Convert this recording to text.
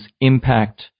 impact